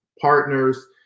partners